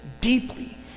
deeply